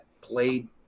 played